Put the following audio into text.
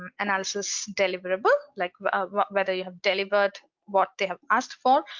and analysis deliverable like whether you have delivered what they have asked for,